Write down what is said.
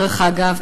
דרך אגב,